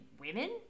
women